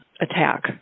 attack